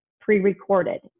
pre-recorded